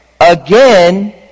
again